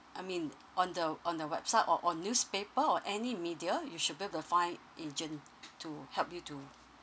I mean on the on the website or on newspaper or any media you should be able to find agent to help you to